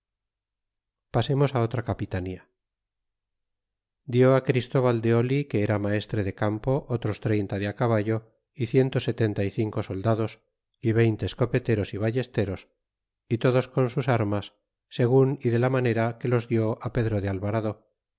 pasemos otra capitanía dió christóval de que era maestre de campo otros treinta de caballo y ciento y setenta y cinco soldados y veinte escopeteros y ballesteros y todos con sus armas segun y de la manera que los di pedro de alvarado